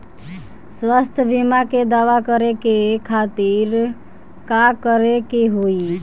स्वास्थ्य बीमा के दावा करे के खातिर का करे के होई?